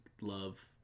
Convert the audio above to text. love